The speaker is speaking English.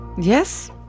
Yes